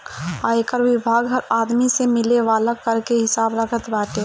आयकर विभाग हर आदमी से मिले वाला कर के हिसाब रखत बाटे